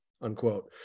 unquote